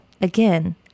again